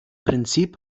prinzip